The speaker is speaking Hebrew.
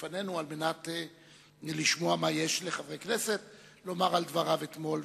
בפנינו על מנת לשמוע מה יש לחברי כנסת לומר על דבריו אתמול,